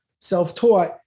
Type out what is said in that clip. self-taught